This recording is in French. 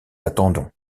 attendons